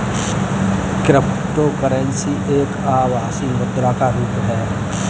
cryptocurrency एक आभासी मुद्रा का रुप है